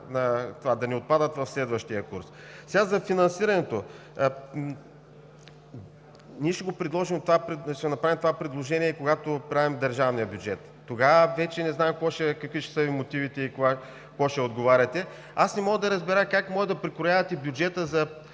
да не отпадат в следващия курс. За финансирането. Ние ще направим това предложение, когато правим държавния бюджет. Тогава вече не знам какви ще са Ви мотивите и какво ще отговаряте. Не мога да разбера как може да прекроявате бюджета за